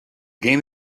game